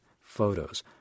photos